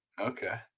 Okay